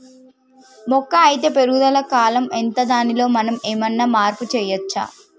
మొక్క అత్తే పెరుగుదల కాలం ఎంత దానిలో మనం ఏమన్నా మార్పు చేయచ్చా?